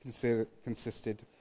consisted